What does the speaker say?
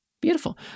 Beautiful